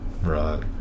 Right